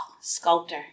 sculptor